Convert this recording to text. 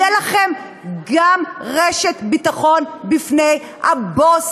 תהיה לכם גם רשת ביטחון בפני הבוס